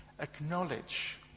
acknowledge